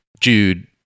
Jude